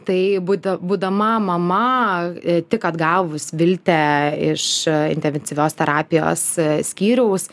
tai būda būdama mama tik atgavus viltę iš intensyvios terapijos skyriaus